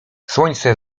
słońce